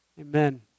Amen